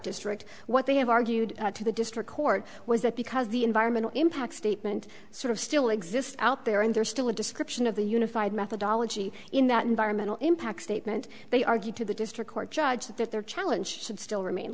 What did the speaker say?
district what they have argued to the district court was that because the environmental impact statement sort of still exists out there and there's still a description of the unified methodology in that environmental impact statement they argue to the district court judge that their challenge should still remain